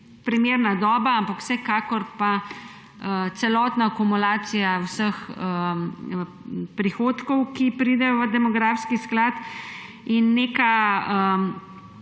primerna doba, ampak vsekakor pa celotna akumulacija vseh prihodkov, ki pridejo v demografski sklad. Neka